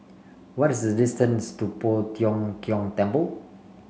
what is the distance to Poh Tiong Kiong Temple